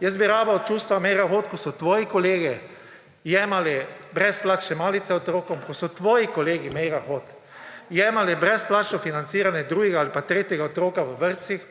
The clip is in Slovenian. Jaz bi rabil čustva, Meira Hot, kot so tvoji kolegi jemali brezplačne malice otrokom, ko so tvoji kolegi, Meira Hot, jemali brezplačno financiranje drugega ali pa tretjega otroka v vrtcih